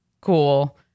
cool